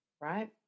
Right